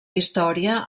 història